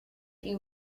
you